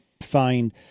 find